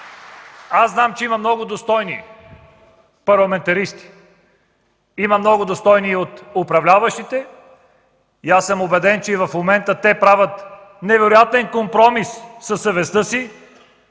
Аз знам, че има много достойни парламентаристи. Има много достойни от управляващите и съм убеден, че в момента те правят невероятен компромис със съвестта си